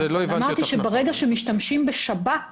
אמרתי שברגע שמשתמשים בשב"כ